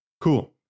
cool